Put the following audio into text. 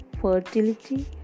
fertility